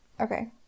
okay